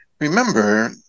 remember